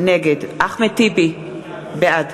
נגד אחמד טיבי, בעד